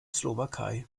slowakei